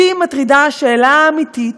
אותי מטרידה השאלה האמיתית: